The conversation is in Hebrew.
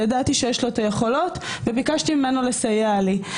ידעתי שיש לו את היכולות וביקשתי ממנו לסייע לי.